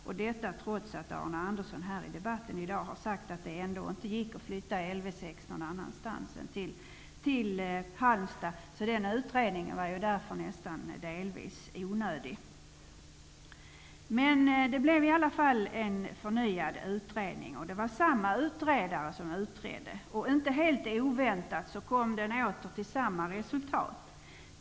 Detta gjordes trots att Arne Andersson i debatten i dag har sagt att det ändå inte gick att flytta Lv 6 någon annanstans än till Halmstad. Den utredningen var därför delvis onödig. Det blev i alla fall en förnyad utredning. Det var samma utredare som utredde. Inte helt oväntat kom utredningen åter till samma resultat.